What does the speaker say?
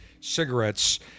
cigarettes